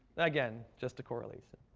again, just a correlation.